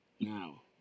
Now